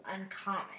uncommon